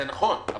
נכון,